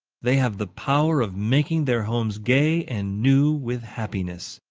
they have the power of making their homes gay and new with happiness.